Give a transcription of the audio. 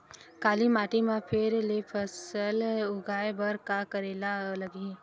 काली माटी म फेर ले फसल उगाए बर का करेला लगही?